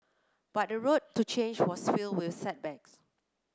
but the road to change was filled with setbacks